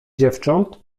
dziewcząt